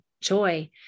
joy